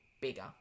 bigger